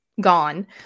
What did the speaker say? gone